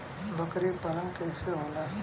बकरी पालन कैसे होला?